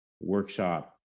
workshop